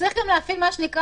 צריך להפעיל גם שכל